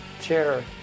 chair